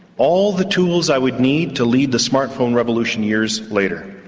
all the tools i would need to lead the smart phone revolution years later.